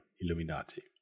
Illuminati